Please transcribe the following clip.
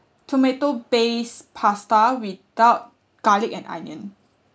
tomato based pasta without garlic and onion